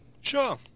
Sure